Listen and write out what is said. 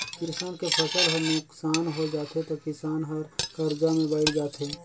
किसान के फसल हर नुकसान होय जाथे त किसान हर करजा में बइड़ जाथे